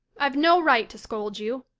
i've no right to scold you.